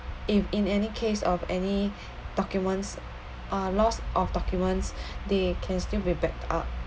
if in any case of any documents uh loss of documents they can still be backed up